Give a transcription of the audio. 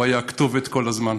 הוא היה כתובת כל הזמן.